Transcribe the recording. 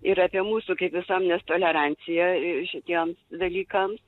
ir apie mūsų kaip visuomenės toleranciją ir šitiems dalykams